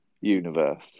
universe